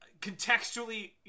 contextually